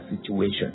situation